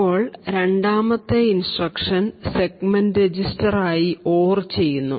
ഇപ്പോൾ രണ്ടാമത്തെ instruction segment രജിസ്റ്ററിർ ആയി OR ചെയ്യുന്നു